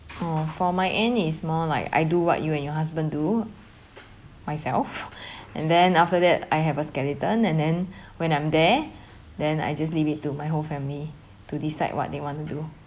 oh for my end it's more like I do what you and your husband do myself and then after that I have a skeleton and then when I'm there then I just leave it to my whole family to decide what they want to do